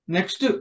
Next